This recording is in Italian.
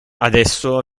adesso